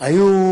היו